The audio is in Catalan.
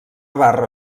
barra